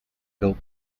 built